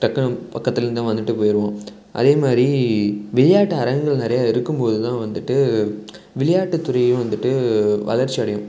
டக்குன்னு பக்கத்திலேருந்து அவன் வந்துட்டு போயிடுவான் அதேமாதிரி விளையாட்டு அரங்குகள் நிறையா இருக்கும்போது தான் வந்துட்டு விளையாட்டு துறையும் வந்துட்டு வளர்ச்சி அடையும்